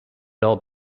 bell